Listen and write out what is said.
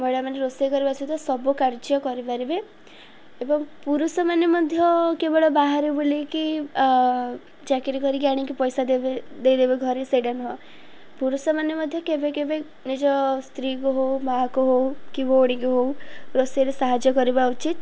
ମହିଳାମାନେ ରୋଷେଇ କରିବା ସହିତ ସବୁ କାର୍ଯ୍ୟ କରିପାରିବେ ଏବଂ ପୁରୁଷମାନେ ମଧ୍ୟ କେବଳ ବାହାରେ ବୁଲିକି ଚାକିରୀ କରିକି ଆଣିକି ପଇସା ଦେବେ ଦେଇଦେବେ ଘରେ ସେଇଟା ନୁହଁ ପୁରୁଷମାନେ ମଧ୍ୟ କେବେ କେବେ ନିଜ ସ୍ତ୍ରୀକୁ ହଉ ମାଆକୁ ହଉ କି ଭଉଣୀକୁ ହଉ ରୋଷେଇରେ ସାହାଯ୍ୟ କରିବା ଉଚିତ